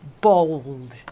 bold